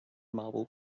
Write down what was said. marble